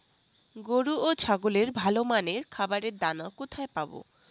গরু ও ছাগলের ভালো মানের খাবারের দানা কোথায় পাবো?